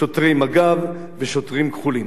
שוטרי מג"ב ושוטרים כחולים,